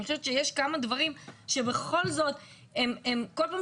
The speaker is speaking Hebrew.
אני חושבת שיש כמה דברים שבכל זאת כל פעם